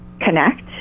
connect